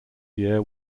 year